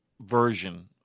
version